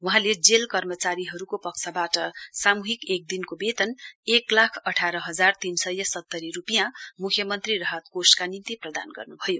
वहाँले जेल कर्मचारीहरूको पक्षबाट सामूहक एक दिनको वेतन एक लाख अठार हजार तीन सय सत्तरी रूपियाँ मुख्यमन्त्री राहत कोषका निम्ति प्रदान गर्नुभयो